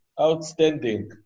outstanding